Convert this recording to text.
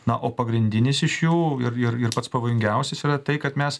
na o pagrindinis iš jų ir ir ir pats pavojingiausias yra tai kad mes